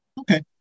Okay